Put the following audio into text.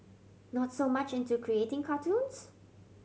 not so much into creating cartoons